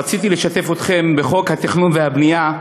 רציתי לשתף אתכם בחוק התכנון והבנייה,